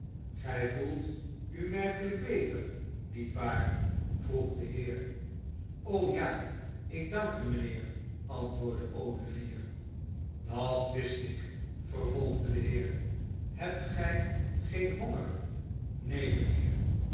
gij gevoelt u merkelijk beter niet waar vroeg de heer o ja ik dank u mijnheer antwoordde olivier dat wist ik vervolgde de heer hebt gij geen honger neen